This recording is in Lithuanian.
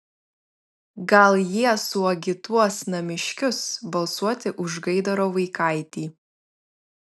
gal jie suagituos namiškius balsuoti už gaidaro vaikaitį